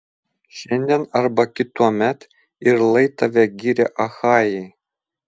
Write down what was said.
šiandien arba kituomet ir lai tave giria achajai